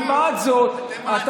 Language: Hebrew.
לעומת זאת,